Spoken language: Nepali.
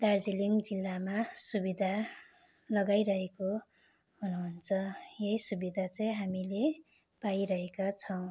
दार्जिलिङ जिल्लामा सुविधा लगाइरहेको हुनुहुन्छ यही सुविधा चाहिँ हामीले पाइरहेका छौँ